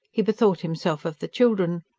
he bethought himself of the children.